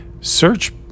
search